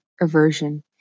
aversion